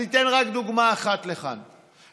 אני אתן רק דוגמה אחת לכך,